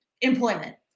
employment